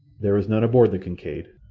there is none aboard the kincaid.